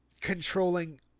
controlling